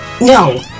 no